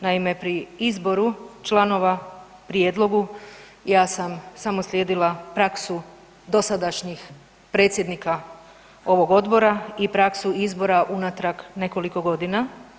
Naime, pri izboru članova i prijedlogu ja sam samo slijedila praksu dosadašnjih predsjednika ovog odbora i praksu izbora unatrag nekoliko godina.